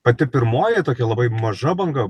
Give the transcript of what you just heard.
pati pirmoji tokia labai maža banga